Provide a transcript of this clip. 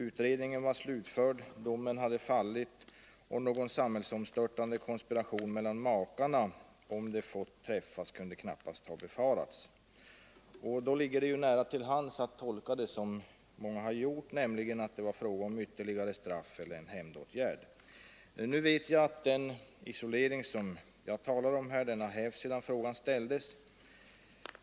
Utredningen var slutförd, domen hade fallit och någon samhällsomstörtande konspiration mellan makarna, om de fått träffas, kunde knappast ha befarats. Då ligger det nära till hands att tolka behandlingen av Guillou så som många också har gjort, nämligen att det var fråga om ytterligare straff eller om en hämndåtgärd. Nu vet jag att den isolering som jag talar om har hävts sedan frågan ställdes.